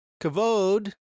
Kavod